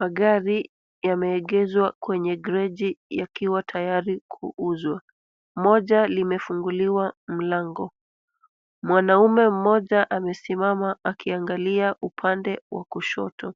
Magari yameegezwa kwenye gereji yakiwa tayari kuuzwa. Moja limefunguliwa mlango. Mwanaume mmoja amesimama, akiangalia upande wa kushoto.